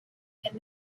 and